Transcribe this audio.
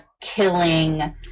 killing